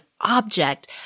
object